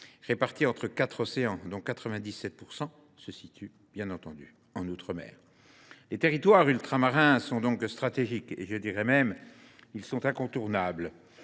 répartis entre quatre océans, et dont 97 % se situent en outre mer. Les territoires ultramarins sont donc stratégiques, et je dirais même incontournables,